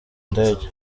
indege